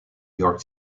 york